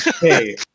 Hey